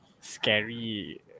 scary